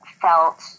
felt